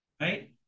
right